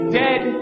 dead